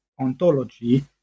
ontology